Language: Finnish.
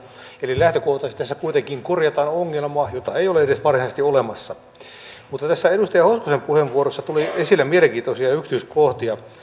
eli lähtökohtaisesti tässä kuitenkin korjataan ongelma jota ei edes ole varsinaisesti olemassa tässä edustaja hoskosen puheenvuorossa tuli esille mielenkiintoisia yksityiskohtia